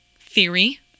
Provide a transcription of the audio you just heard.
theory